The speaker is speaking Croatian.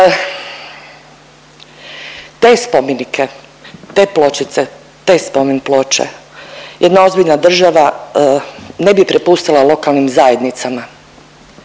Te spomenike, te pločice, te spomen ploče jedna ozbiljna država ne bi prepustila lokalnim zajednicama,